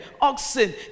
oxen